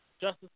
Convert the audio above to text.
Justice